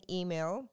email